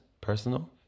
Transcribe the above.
personal